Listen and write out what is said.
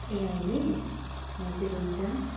ए अहिले हजुर हुन्छ